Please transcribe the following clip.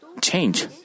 change